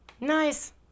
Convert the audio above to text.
Nice